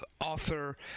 author